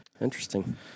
Interesting